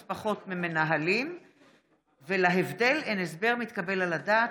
מנהלות משתכרות כ-30% פחות ממנהלים ולהבדל אין הסבר מתקבל על הדעת.